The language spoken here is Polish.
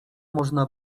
można